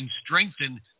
strengthen